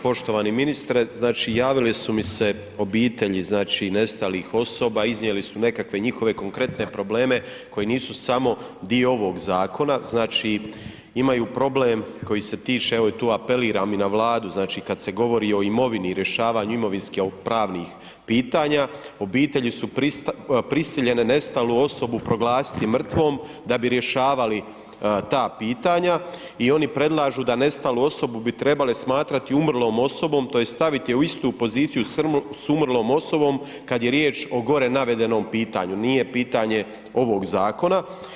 Poštovani ministre, znači javile su mi se obitelji znači nestalih osoba, iznijeli su nekakve njihove konkretne probleme koji nisu samo dio ovog zakona, znači imaju problem koji se tiče evo i tu apeliram i na Vladu, znači kad se govori o imovini, rješavanju imovinsko-pravnih pitanja, obitelji su prisiljene nestalu osobu proglasiti mrtvom da bi rješavali ta pitanja i oni predlažu da nestalu osobu bi trebale smatrati umrlom osobom tj. staviti je istu poziciju s umrlom osobom kad je riječ o gore navedenom pitanju, nije pitanje ovog zakona.